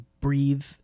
breathe